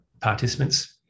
participants